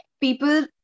people